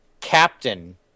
Captain